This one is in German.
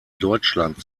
deutschland